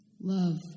Love